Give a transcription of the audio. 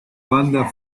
banda